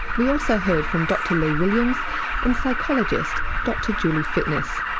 we also heard from dr lea williams and psychologist dr julie fitness.